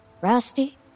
Rusty